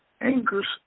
angers